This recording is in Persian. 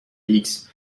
ایکس